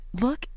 look